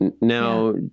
Now